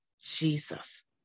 Jesus